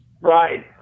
Right